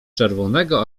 czerwonego